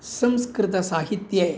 संस्कृतसाहित्ये